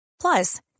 Plus